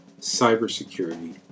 cybersecurity